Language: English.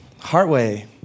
Heartway